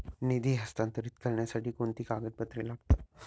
निधी हस्तांतरित करण्यासाठी कोणती कागदपत्रे लागतात?